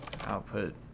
output